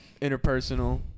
Interpersonal